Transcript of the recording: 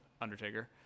Undertaker